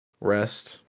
Rest